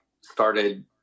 started